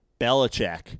Belichick